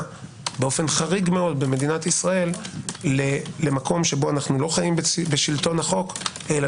באופן חריג מאוד במדינת ישראל למקום שבו אנו לא חיים בשלטון החוק אלא